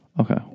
Okay